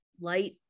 light